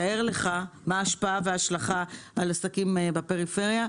תאר לך מה ההשפעה וההשלכה על עסקים בפריפריה.